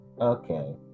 Okay